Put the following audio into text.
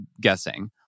guessing